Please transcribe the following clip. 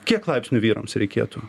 kiek laipsnių vyrams reikėtų